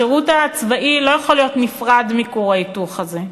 השירות הצבאי לא יכול להיות נפרד מכור ההיתוך הזה,